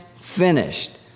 finished